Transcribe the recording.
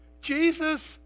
Jesus